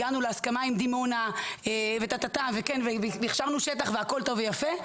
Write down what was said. הגענו להסכמה עם דימונה והכשרנו שטח והכל טוב ויפה,